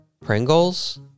Pringles